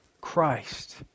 Christ